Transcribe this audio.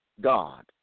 God